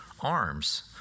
arms